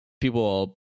people